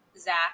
Zach